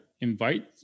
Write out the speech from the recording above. invite